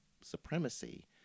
supremacy